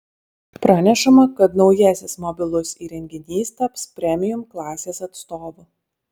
pranešama kad naujasis mobilus įrenginys taps premium klasės atstovu